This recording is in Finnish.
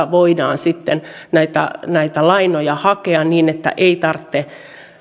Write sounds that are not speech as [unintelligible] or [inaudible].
[unintelligible] voidaan sitten näitä näitä lainoja hakea niin että ei tarvitse